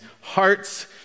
hearts